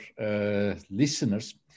listeners